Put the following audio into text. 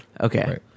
Okay